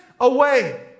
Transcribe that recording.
away